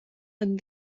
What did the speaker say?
and